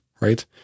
right